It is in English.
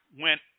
went